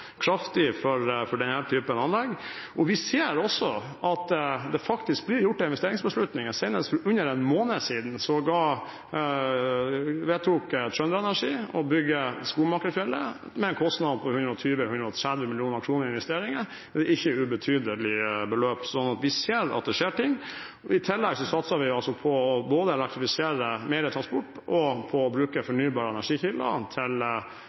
kraftig for denne typen anlegg. Vi ser også at det faktisk blir gjort investeringsbeslutninger. Senest for under en måned siden vedtok TrønderEnergi å bygge i Skomakerfjellet, med en kostnad på 120–130 mill. kr i investeringer. Det er ikke ubetydelige beløp, så vi ser at det skjer ting. I tillegg satser vi på både å elektrifisere mer transport og å bruke fornybare energikilder til